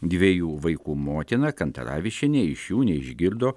dviejų vaikų motina kantaravičienė iš jų neišgirdo